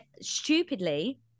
stupidly